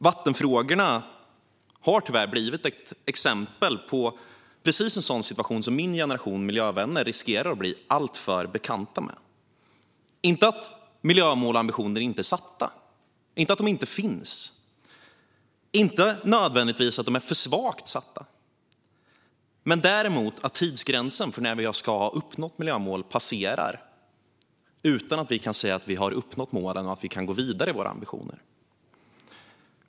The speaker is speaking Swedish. Vattenfrågorna har tyvärr blivit ett exempel på precis en sådan situation som min generation miljövänner riskerar att bli alltför bekanta med: inte att miljömål och ambitioner inte är satta, inte att de inte finns och inte nödvändigtvis att de är för svagt satta, men däremot att tidsgränsen för när vi ska ha uppnått miljömålen passerar utan att vi kan säga att vi har uppnått dem och att vi kan gå vidare i våra ambitioner.